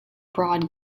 broad